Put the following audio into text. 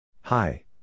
Hi